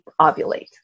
ovulate